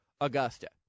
Augusta